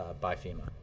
by fema.